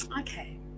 Okay